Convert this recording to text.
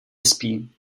spí